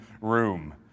room